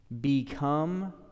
become